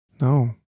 no